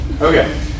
Okay